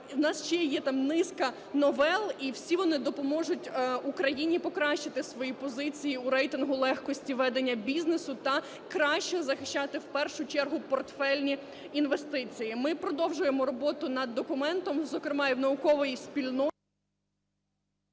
в нас ще є там низка новел, і всі вони допоможуть Україні покращити свої позиції у рейтингу легкості ведення бізнесу та краще захищати в першу чергу портфельні інвестиції. Ми продовжуємо роботу над документом, зокрема і наукової спільноти…